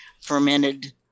fermented